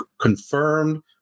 confirmed